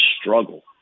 struggle